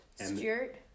Stewart